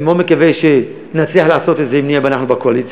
אני מאוד מקווה שנצליח לעשות את זה, אם אנחנו נהיה